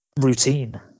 routine